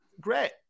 Great